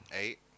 eight